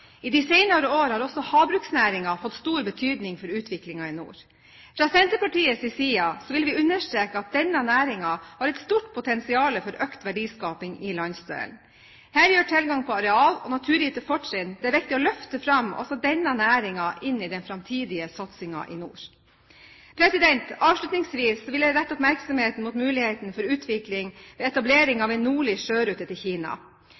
I de senere år har også havbruksnæringen fått stor betydning for utviklingen i nord. Fra Senterpartiets side vil vi understreke at denne næringen har et stort potensial for økt verdiskaping i landsdelen. Her gjør tilgang på areal og naturgitte fortrinn det viktig å løfte fram også denne næringen inn i den framtidige satsingen i nord. Avslutningsvis vil jeg rette oppmerksomheten mot mulighetene for utvikling ved etablering av en nordlig sjørute til Kina.